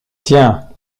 tiens